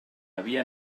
havia